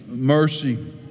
Mercy